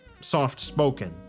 soft-spoken